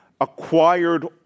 acquired